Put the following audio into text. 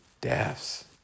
deaths